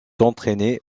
entraînée